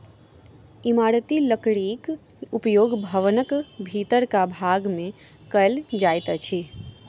इमारती लकड़ीक उपयोग भवनक भीतरका भाग मे कयल जाइत अछि